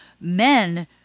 men